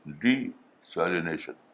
desalination